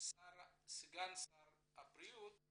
סגן שר הבריאות,